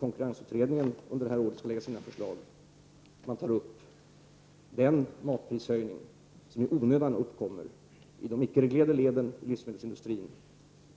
Konkurrensutredningen skall under detta år lägga fram sina förslag och i dessa ta upp den höjning av matpriserna som i onödan uppkommer i de ickereglerade leden i livsmedelsindustrin,